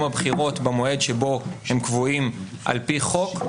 הבחירות במועד שבו הן קבועות על פי חוק.